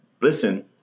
Listen